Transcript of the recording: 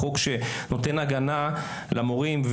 החוק שנותן הגנה למורים,